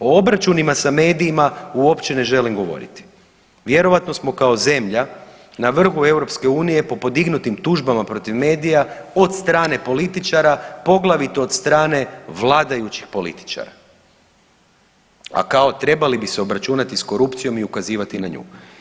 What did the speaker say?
O obračunima sa medijima uopće ne želim govoriti, vjerojatno smo kao zemlja na vrhu EU po podignutim tužbama protiv medija od strane političara, poglavito od strane vladajućih političara, a kao trebali bi se obračunati s korupcijom i ukazivati na nju.